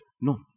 no